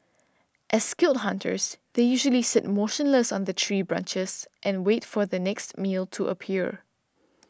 as skilled hunters they usually sit motionless on the tree branches and wait for their next meal to appear